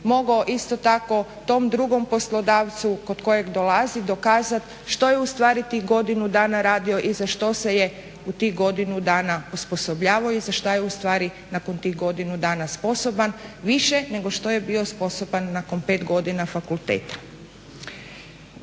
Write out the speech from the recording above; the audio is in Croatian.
mogao isto tako tom drugom poslodavcu kod kojeg dolazi dokazati što je ustvari tih godinu dana radio i za što se je u tih godinu dana osposobljavao i za što je ustvari nakon tih godinu dana sposoban više nego što je bio sposoban nakon 5 godina fakulteta.